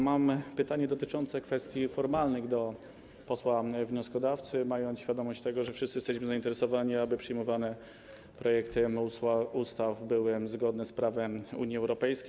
Mam pytanie dotyczące kwestii formalnych do posła wnioskodawcy, mając świadomość tego, że wszyscy jesteśmy zainteresowani, aby przyjmowane projekty ustaw były zgodne z prawem Unii Europejskiej.